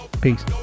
Peace